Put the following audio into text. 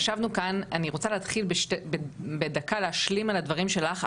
אני רוצה להתחיל בדקה להשלים על הדברים שלך,